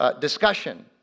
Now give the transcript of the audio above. discussion